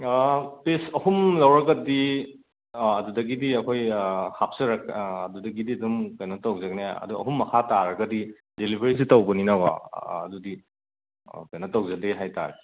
piece ꯑꯍꯨꯝ ꯂꯧꯔꯒꯗꯤ ꯑꯗꯨꯗꯒꯤꯗꯤ ꯑꯩꯈꯣꯏ ꯍꯥꯞꯆꯔꯛ ꯑꯗꯨꯗꯒꯤꯗꯤ ꯑꯗꯨꯝ ꯀꯩꯅꯣ ꯇꯧꯖꯒꯅꯤ ꯑꯗꯣ ꯑꯍꯨꯝꯃꯛ ꯍꯥꯞ ꯇꯥꯔꯒꯗꯤ ꯗꯤꯂꯤꯕꯔꯤꯁꯨ ꯇꯧꯕꯅꯤꯅꯀꯣ ꯑꯗꯨꯗꯤ ꯀꯩꯅꯣ ꯇꯧꯍꯗꯦ ꯍꯥꯏ ꯇꯥꯔꯦ